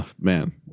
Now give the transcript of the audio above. Man